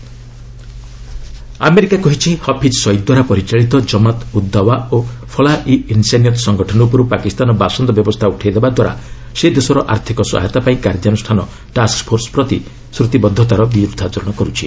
US Pak ଯୁଡ୍ America କହିଛି ହାଫିଜ୍ ସୟିଦ୍ ଦ୍ୱାରା ପରିଚାଳିତ ଜମାତ୍ ଉଦ୍ଦାଓ୍ୱା ଓ ଫଲାହା ଇ ଇନ୍ସାନିୟତ୍ ସଂଗଠନ ଉପର୍ ପାକିସ୍ତାନ ବାସନ୍ଦ ବ୍ୟବସ୍ଥା ଉଠାଇଦେବା ଦ୍ୱାରା ସେ ଦେଶର ଆର୍ଥିକ ସହାୟତା ପାଇଁ କାର୍ଯ୍ୟାନୁଷ୍ଠାନ ଟ୍ୟାକ୍ଫୋର୍ସ ପ୍ରତିଶ୍ରତି ବଦ୍ଧତାର ବିରୁଦ୍ଧାଚରଣ କରୁଛି